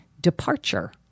departure